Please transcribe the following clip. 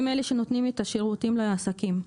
והם אלה שנותנים את השירותים לעסקים.